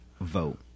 vote